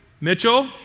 Mitchell